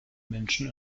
menschen